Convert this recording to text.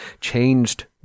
changed